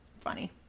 Funny